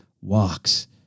walks